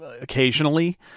occasionally